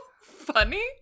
funny